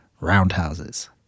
roundhouses